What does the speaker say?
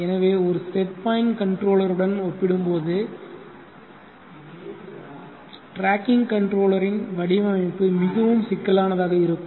எனவே ஒரு set point கன்ட்ரோலருடன் ஒப்பிடும்போது டிராக்கிங் கன்ட்ரோலரின் வடிவமைப்பு மிகவும் சிக்கலானதாக இருக்கும்